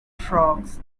frogs